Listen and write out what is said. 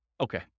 Okay